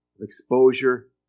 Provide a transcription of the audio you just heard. exposure